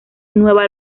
nueva